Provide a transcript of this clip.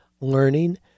learning